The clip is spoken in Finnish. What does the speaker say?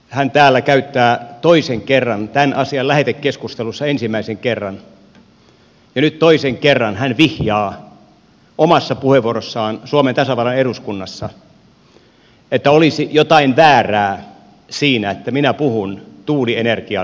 hän täällä toisen kerran tämän asian lähetekeskustelussa ensimmäisen kerran ja nyt toisen kerran vihjaa omassa puheenvuorossaan suomen tasavallan eduskunnassa että olisi jotain väärää siinä että minä puhun tuulienergiaan liittyvistä asioista